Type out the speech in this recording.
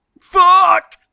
Fuck